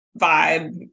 vibe